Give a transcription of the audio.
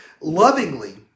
lovingly